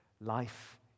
Life